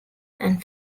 and